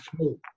smooth